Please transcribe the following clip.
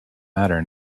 matter